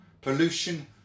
Pollution